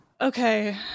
okay